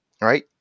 Right